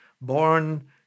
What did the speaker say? born